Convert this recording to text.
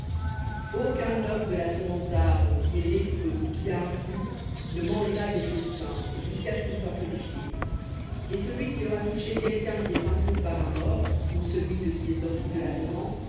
aucun homme de la semence d'aaron qui est lépreux ou qui a un flux ne mangera des choses saintes jusqu'à ce qu'il soit purifié et celui qui aura touché quelqu'un qui est impur par un mort ou celui de qui est sorti de la semence